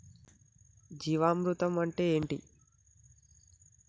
జీవామృతం అంటే ఏంటి?